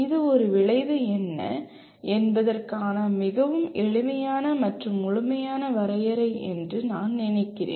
இது ஒரு விளைவு என்ன என்பதற்கான மிகவும் எளிமையான மற்றும் முழுமையான வரையறை என்று நான் நினைக்கிறேன்